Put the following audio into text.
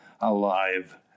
alive